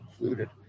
included